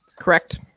Correct